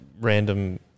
random